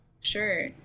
sure